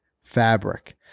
fabric